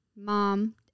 Mom